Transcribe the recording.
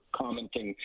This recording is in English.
commenting